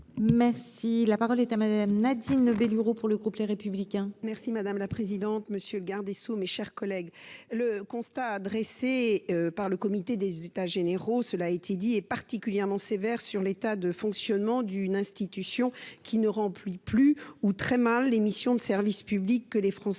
Merci, la parole est à madame Nadine Nobel Lourau pour le groupe Les Républicains merci madame la présidente. Monsieur le garde des sceaux, mes chers collègues, le constat dressé par le comité des états généraux, cela a été dit est particulièrement sévère sur l'état de fonctionnement d'une institution qui ne remplit plus ou très mal les missions de service public que les Français sont